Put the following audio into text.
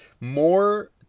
More